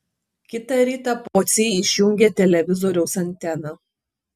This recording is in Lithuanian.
kitą rytą pociai išjungė televizoriaus anteną